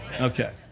Okay